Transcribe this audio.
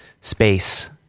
space